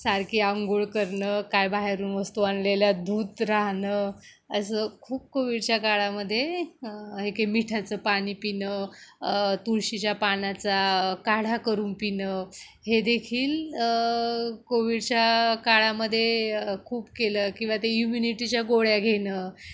सारखी आंघोळ करणं काय बाहेरून वस्तू आणलेल्या धूत राहणं असं खूप कोविडच्या काळामध्ये हे के मिठाचं पाणी पिणं तुळशीच्या पानाचा काढा करून पिणं हे देखील कोविडच्या काळामध्ये खूप केलं किंवा ते इम्युनिटीच्या गोळ्या घेणं